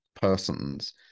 persons